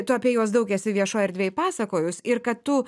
tu apie juos daug esi viešoj erdvėj pasakojus ir kad tu